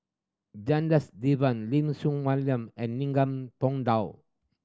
Jendas Devan Lim Soon Wai William and Ningam Tong Dow